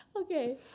Okay